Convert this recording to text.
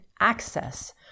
access